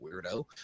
Weirdo